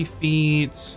feet